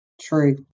True